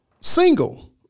single